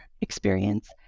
experience